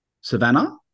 Savannah